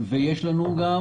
ויש לנו גם